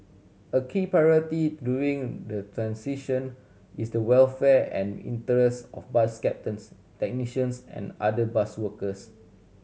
a key priority during the transition is the welfare and interests of bus captains technicians and other bus workers